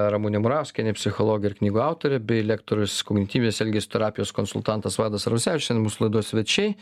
ramunė murauskienė psichologė ir knygų autorė bei lektorius kognityvinės elgesio terapijos konsultantas vaidas arvasevičius šiandien mūsų laidos svečiai